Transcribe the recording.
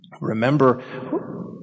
Remember